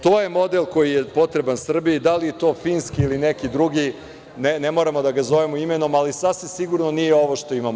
To je model koji je potreban Srbiji, da li je to finski ili neki drugi, ne moramo da ga zovemo imenom, ali sasvim sigurno nije ovo što imamo.